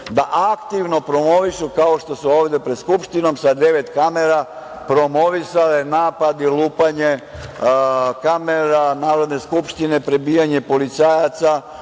da aktivno promovišu, kao što su ovde pred Skupštinom sa devet kamera, promovisale napad i lupanje kamera, Narodne skupštine prebijanjem policajaca